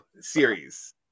series